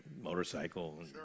motorcycle